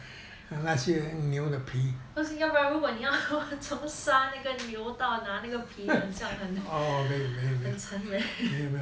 cause 新加坡人你要从杀那个牛到拿那个皮很像很残忍